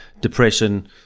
depression